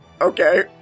okay